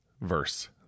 verse